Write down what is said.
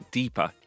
deeper